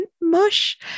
mush